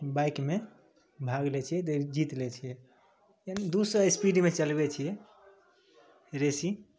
बाइकमे भाग लै छिए तऽ जीति लै छिए यानि दुइ सओ स्पीडमे चलबै छी रेसी